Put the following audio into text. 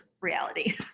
reality